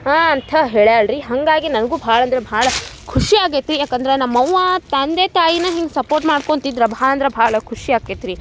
ಹಾಂ ಅಂತ ಹೇಳ್ಯಳ್ ರೀ ಹಾಗಾಗಿ ನನಗೂ ಭಾಳ ಅಂದ್ರ ಭಾಳ ಖುಷಿ ಆಗ್ಯೈತಿ ಯಾಕಂದ್ರ ನಮ್ಮವ್ವಾ ತಂದೆ ತಾಯಿನ ಹಿಂಗೆ ಸಪೋರ್ಟ್ ಮಾಡ್ಕೊಂತ ಇದ್ರ ಭಾಳ ಅಂದ್ರ ಭಾಳ ಖುಷಿ ಆಕ್ತೈತೆ ರೀ